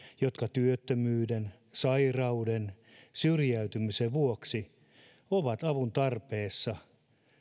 jotka työttömyyden sairauden syrjäytymisen vuoksi ovat avun tarpeessa